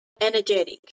energetic